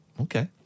Okay